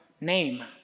name